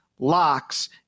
locks